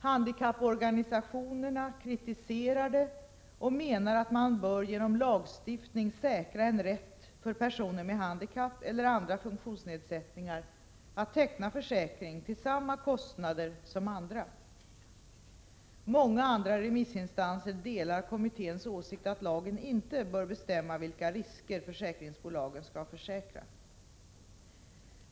Handikapporganisationerna kritiserar det och menar att man genom lagstiftning bör säkra en rätt för personer med handikapp eller andra funktionsnedsättningar att teckna försäkring till samma kostnader som andra. Många andra remissinstanser delar kommitténs åsikt att lagen inte bör bestämma vilka risker försäkringsbolagen skall försäkra.